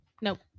Nope